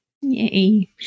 Yay